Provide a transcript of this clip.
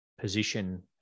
position